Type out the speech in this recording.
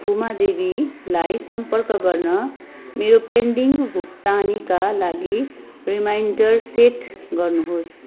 खुमा देवीलाई सम्पर्क गर्न मेरो पेन्डिङ भुक्तानीका लागि रिमाइन्डर सेट गर्नुहोस्